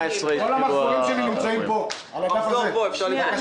2018. 2018 מול 2017. כל המחזורים שלי מוצגים פה בנייר הזה.